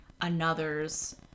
another's